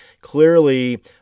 clearly